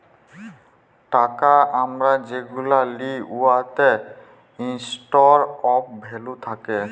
টাকা আমরা যেগুলা লিই উয়াতে ইস্টর অফ ভ্যালু থ্যাকে